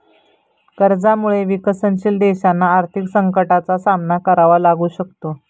कर्जामुळे विकसनशील देशांना आर्थिक संकटाचा सामना करावा लागू शकतो